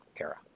era